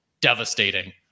Devastating